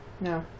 No